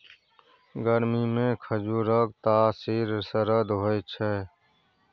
गरमीमे खजुरक तासीर सरद होए छै